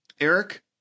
Eric